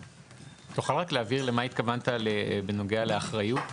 תוכל רק להבהיר למה התכוונת בנוגע לאחריות?